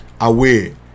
away